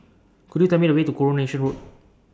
Could YOU Tell Me The Way to Coronation Road